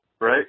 right